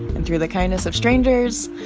and through the kindness of strangers,